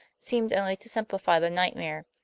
seemed only to simplify the nightmare.